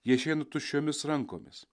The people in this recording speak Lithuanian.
jie išeina tuščiomis rankomis